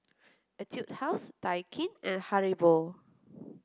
Etude House Daikin and Haribo